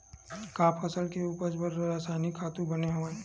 का फसल के उपज बर रासायनिक खातु बने हवय?